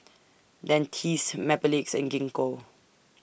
Dentiste Mepilex and Gingko